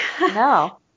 No